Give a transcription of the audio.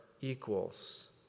equals